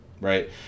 Right